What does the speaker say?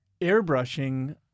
airbrushing